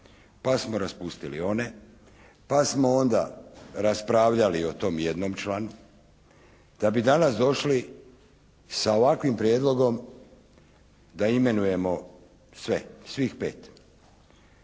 pa smo raspustili one, pa smo onda raspravljali o tom jednom članu da bi danas došli sa ovakvim prijedlogom da imenujemo sve, svih pet.